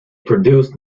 produced